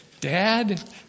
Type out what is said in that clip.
Dad